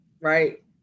Right